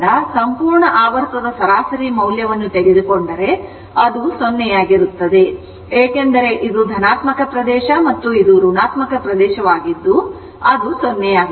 ಸಂಪೂರ್ಣ ಆವರ್ತದ ಸರಾಸರಿ ಮೌಲ್ಯವನ್ನು ತೆಗೆದುಕೊಂಡರೆ ಅದು 0 ಆಗಿರುತ್ತದೆ ಏಕೆಂದರೆ ಇದು ಧನಾತ್ಮಕ ಪ್ರದೇಶ ಮತ್ತು ಇದು ಋಣಾತ್ಮಕ ಪ್ರದೇಶವಾಗಿದ್ದು ಅದು 0 ಆಗುತ್ತದೆ